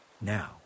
now